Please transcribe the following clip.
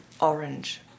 orange